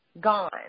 gone